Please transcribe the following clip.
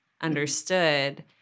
understood